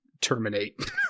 terminate